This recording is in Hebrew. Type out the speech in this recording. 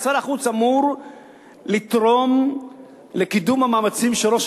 שר החוץ אמור לתרום לקידום המאמצים של ראש